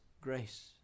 grace